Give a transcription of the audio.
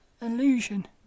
illusion